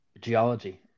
geology